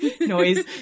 noise